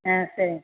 ஆ சரிங்க